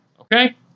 Okay